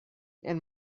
and